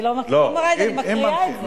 אני לא מראה את זה, אני מקריאה את זה.